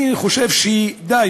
אני חושב שדי,